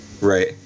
Right